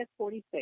46